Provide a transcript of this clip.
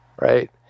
right